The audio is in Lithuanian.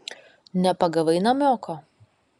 nepagavai namioko